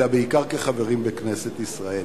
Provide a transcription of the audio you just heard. אלא בעיקר כחברים בכנסת ישראל.